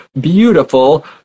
beautiful